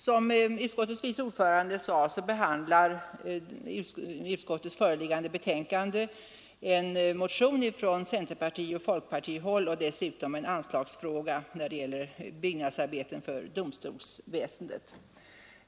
Som utskottets vice ordförande sade behandlar utskottet i föreliggande betänkande en motion från centerpartiet och folkpartiet och dessutom en anslagsfråga som gäller byggnadsarbeten för domstolsväsendet.